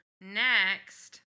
next